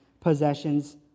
possessions